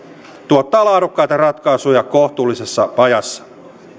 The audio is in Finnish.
tuottaa laadukkaita ratkaisuja kohtuullisessa ajassa